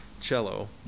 cello